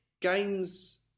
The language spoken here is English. games